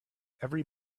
every